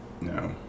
No